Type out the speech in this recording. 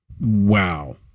Wow